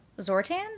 Zortan